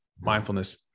mindfulness